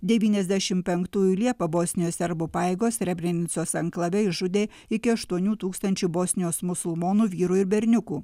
devyniasdešim penktųjų liepą bosnijos serbų pajėgos srebrenicos anklave išžudė iki aštuonių tūkstančių bosnijos musulmonų vyrų ir berniukų